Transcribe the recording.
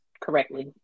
correctly